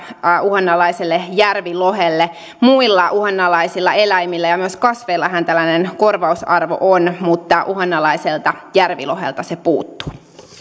uhanalaiselle järvilohelle muilla uhanalaisilla eläimillä ja myös kasveillahan tällainen korvausarvo on mutta uhanalaiselta järvilohelta se puuttuu